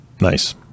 Nice